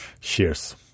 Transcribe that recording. Cheers